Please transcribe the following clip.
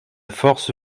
force